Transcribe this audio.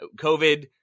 COVID